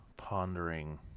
pondering